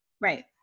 Right